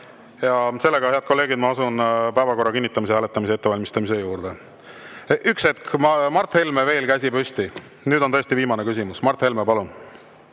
Sellega, head kolleegid, me asume päevakorra kinnitamise hääletamise ettevalmistamise juurde. Üks hetk, Mart Helme, veel käsi püsti. Nüüd on tõesti viimane küsimus. Mart Helme, palun!